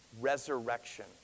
resurrection